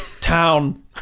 town